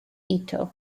ito